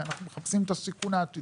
כי אנחנו מחפשים את הסיכון העתידי.